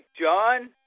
John